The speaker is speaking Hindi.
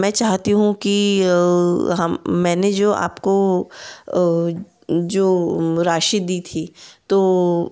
मैं चाहती हूँ कि हम मैंने जो आपको जो राशि दी थी तो